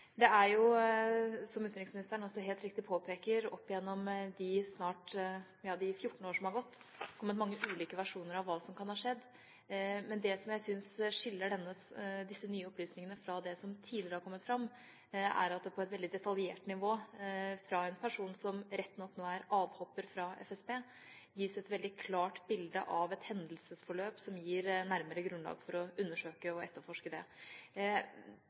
Det har, som utenriksministeren også helt riktig påpeker, opp gjennom de 14 årene som har gått, kommet mange ulike versjoner av hva som kan ha skjedd. Men det som jeg syns skiller disse nye opplysningene fra det som tidligere har kommet fram, er at det på et veldig detaljert nivå fra en person som rett nok nå er avhopper fra FSB, gis et veldig klart bilde av et hendelsesforløp som gir nærmere grunnlag for å undersøke og etterforske det.